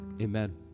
Amen